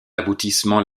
aboutissement